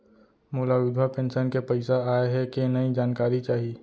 मोला विधवा पेंशन के पइसा आय हे कि नई जानकारी चाही?